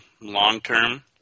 long-term